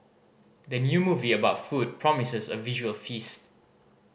the new movie about food promises a visual feast